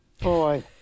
boy